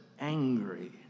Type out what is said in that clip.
angry